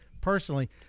personally